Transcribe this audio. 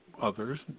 others